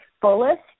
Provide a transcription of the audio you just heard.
fullest